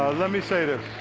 let me say this.